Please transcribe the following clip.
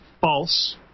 false